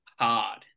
hard